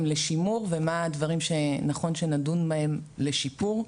לשימור ומה הדברים שנכון שנדון בהם לשיפור.